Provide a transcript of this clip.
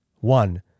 One